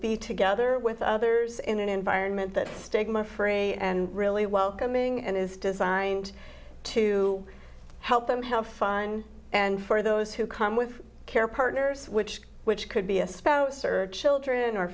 be together with others in an environment that stigma free and really welcoming and is designed to help them how fun and for those who come with care partners which which could be a spouse or children or